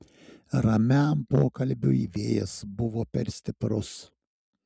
ramiam pokalbiui vėjas buvo per stiprus